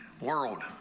world